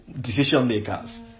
decision-makers